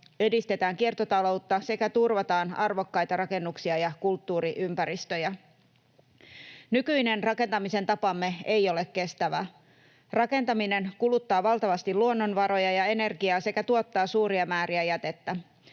edistetään kiertotaloutta sekä turvataan arvokkaita rakennuksia ja kulttuuriympäristöjä. Nykyinen rakentamisen tapamme ei ole kestävä. Rakentaminen kuluttaa valtavasti luonnonvaroja ja energiaa sekä tuottaa suuria määriä jätettä.